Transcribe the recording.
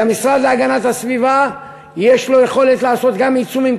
כי המשרד להגנת הסביבה יש לו יכולת לעשות גם עיצומים